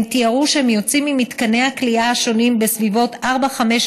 הם תיארו שהם יוצאים ממתקני הכליאה השונים בסביבות 04:00,